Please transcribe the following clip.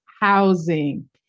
Housing